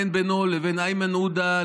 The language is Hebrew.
אין בינו לבין איימן עודה,